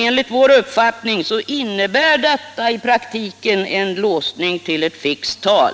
Enligt vår uppfattning innebär detta i praktiken en låsning till ett fixt tal.